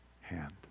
hand